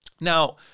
Now